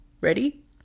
ready